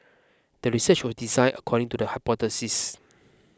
the research was design according to the hypothesis